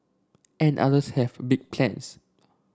and others have big plans